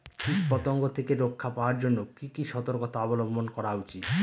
কীটপতঙ্গ থেকে রক্ষা পাওয়ার জন্য কি কি সর্তকতা অবলম্বন করা উচিৎ?